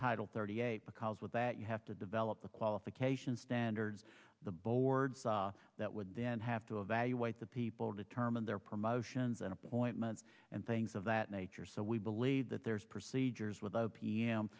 title thirty eight because with that you have to develop the qualification standards the board that would then have to evaluate the people determine their promotions and appointments and things of that nature so we believe that there's procedures with o